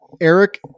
Eric